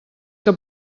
que